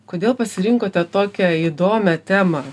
kodėl pasirinkote tokią įdomią temą